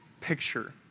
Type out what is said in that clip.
picture